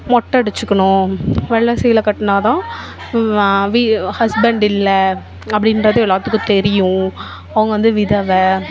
மொட்டை அடிச்சுக்கணும் வெள்ளை சீலை கட்டினா தான் வா வீ ஹஸ்பண்ட் இல்லை அப்படின்றது எல்லாத்துக்கும் தெரியும் அவங்க வந்து விதவை